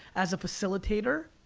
as a facilitator?